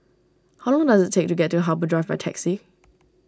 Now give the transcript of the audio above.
how long does it take to get to Harbour Drive by taxi